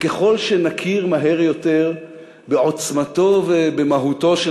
וככל שנכיר מהר יותר בעוצמתו ובמהותו של